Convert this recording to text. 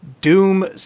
Doom